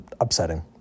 upsetting